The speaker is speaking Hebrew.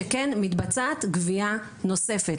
שכן מתבצעת גבייה נוספת.